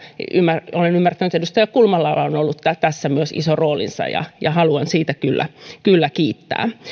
olen ymmärtänyt että edustaja kulmalalla on ollut tässä myös iso rooli ja haluan siitä kyllä kyllä kiittää